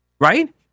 right